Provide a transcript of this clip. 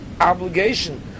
obligation